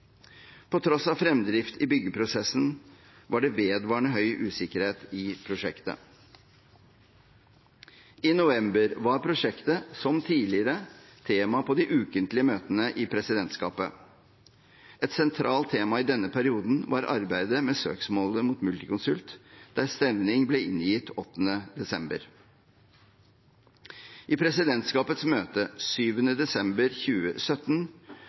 På tross av fremdrift i byggeprosessen var det vedvarende høy usikkerhet i prosjektet. I november var prosjektet, som tidligere, tema på de ukentlige møtene i presidentskapet. Et sentralt tema i denne perioden var arbeidet med søksmålet mot Multiconsult, der stevning ble inngitt 8. desember. I presidentskapets møte 7. desember 2017